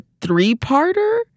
three-parter